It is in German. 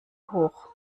hoch